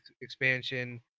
expansion